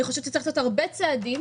אני חושבת שצריך לעשות הרבה צעדים,